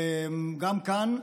גם כאן,